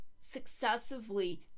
successively